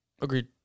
Agreed